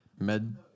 med